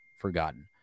forgotten